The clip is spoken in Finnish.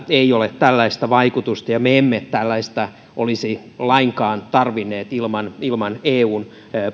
ei ole tällaista vaikutusta ja me emme tällaista olisi lainkaan tarvinneet ilman ilman eun